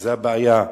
וזו הבעיה.